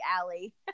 alley